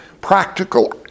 practical